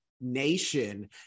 nation